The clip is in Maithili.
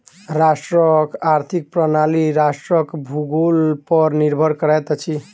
राष्ट्रक आर्थिक प्रणाली राष्ट्रक भूगोल पर निर्भर करैत अछि